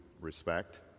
respect